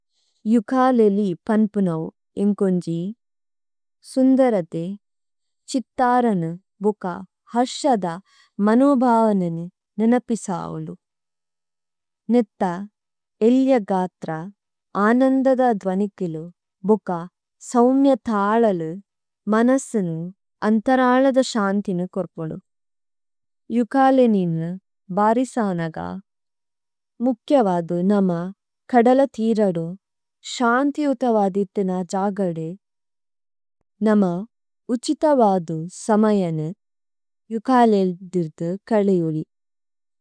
യികാലെലി പന്പുണവു ഇംകോഞ്ജി, സുംദരദെ, ചിത്താരനു ബുകാ ഹര്ഷദ മനോഭാവനു നിനപിസാവുദു। നിത്ത ഏള്യഗ്ാത്രാ, ആനംദദ ദ്വനികളു, ബുകാ സോമ്യ താളലു, മനസനു അംതരാളദ ശാംതിനു കൊര്പദു। യുകാളെനിന ബാരിസാനഗ മുക്യവാദു നമ കഡല തിരഡു ശാംതിയുതവാദിദ്ദന ജാഗഡു, നമ ഉചിതവാദു സമയനു യുകാളെയിദ്ദിര്ദു കളെയുളി।